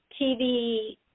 TV